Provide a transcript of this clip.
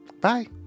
Bye